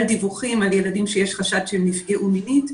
דיווחים על ילדים שיש חשד שהם נפגעו מינית.